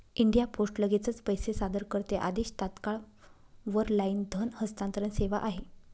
India post लगेचच पैसे सादर करते आदेश, तात्काळ वर लाईन धन हस्तांतरण सेवा आहे